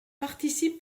participe